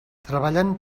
treballen